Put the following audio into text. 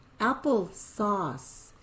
Applesauce